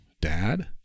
dad